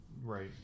Right